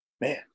Man